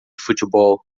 futebol